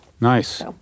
Nice